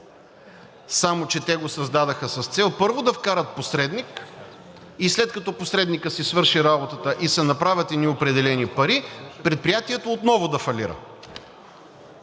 Само че те го създадоха с цел, първо, да вкарат посредник и след като посредникът си свърши работата и се направят едни определени пари, предприятието отново да фалира!